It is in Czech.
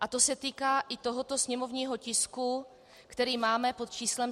A to se týká i tohoto sněmovního tisku, který máme pod číslem 153.